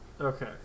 Okay